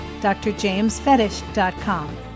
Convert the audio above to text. drjamesfetish.com